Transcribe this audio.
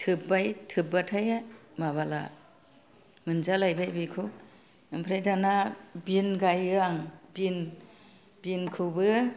थोबबाय थोबबाथाय माबाला मोनजालायबाय बेखौ ओमफ्राय दाना बिन गायो आं बिन बिनखौबो